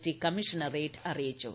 T commissionerate അറിയിച്ചു